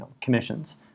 commissions